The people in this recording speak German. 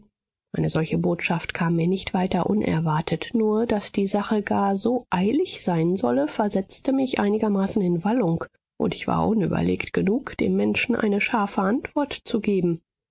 eine solche botschaft kam mir nicht weiter unerwartet nur daß die sache gar so eilig sein solle versetzte mich einigermaßen in wallung und ich war unüberlegt genug dem menschen eine scharfe antwort zu geben